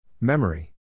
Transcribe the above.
Memory